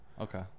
Okay